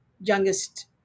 youngest